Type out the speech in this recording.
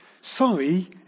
Sorry